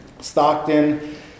Stockton